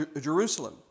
Jerusalem